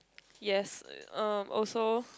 yes uh also